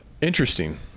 Interesting